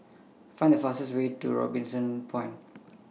Find The fastest Way to Robinson Point